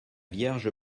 vierge